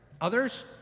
Others